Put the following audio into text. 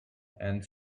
and